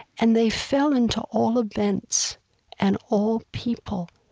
and they fell into all events and all people,